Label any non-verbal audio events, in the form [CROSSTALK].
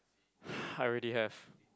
[BREATH] I already have